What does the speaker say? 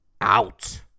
out